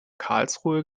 karlsruhe